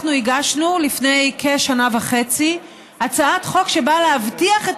אנחנו הגשנו לפני כשנה וחצי הצעת חוק שבאה להבטיח את